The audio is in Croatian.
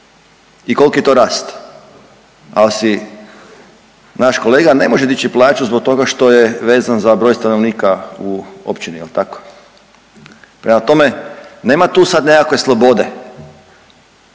i koliki je to rast. Ali si naš kolega ne može dići plaću zbog toga što je vezan za broj stanovnika u općini. Jel' tako? Prema tome, nema tu sad nekakve slobode.